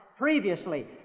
Previously